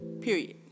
period